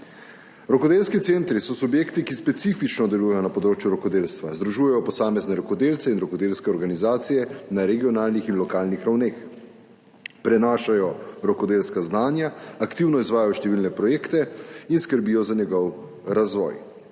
Rokodelski centri so subjekti, ki specifično delujejo na področju rokodelstva, združujejo posamezne rokodelce in rokodelske organizacije na regionalnih in lokalnih ravneh. Prenašajo rokodelska znanja, aktivno izvajajo številne projekte in skrbijo za njegov razvoj.